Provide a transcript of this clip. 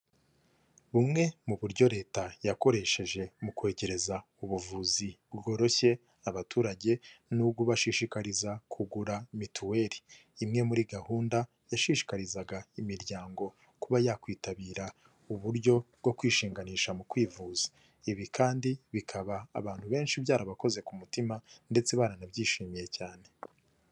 Bumwe mu buryo Leta yakoresheje mu kwegereza ubuvuzi bworoshye abaturage ni ukubashishikariza kugura mituweri, imwe muri gahunda yashishikarizaga imiryango kuba yakwitabira uburyo bwo kwishinganisha mu kwivuza, ibi kandi bikaba abantu benshi byarabakoze ku mutima ndetse baranabyishimiye cyane.